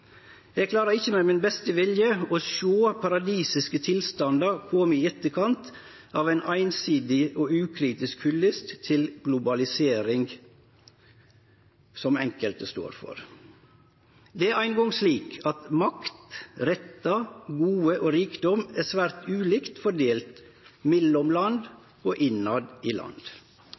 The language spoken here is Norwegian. Eg klarer ikkje med min beste vilje å sjå at paradisiske tilstandar har kome i etterkant av ei einsidig og ukritisk hyllest til globalisering, som enkelte står for. Det er no eingong slik at makt, rettar, gode og rikdom er svært ulikt fordelt mellom land,